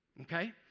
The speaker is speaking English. okay